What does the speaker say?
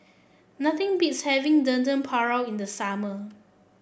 nothing beats having Dendeng Paru in the summer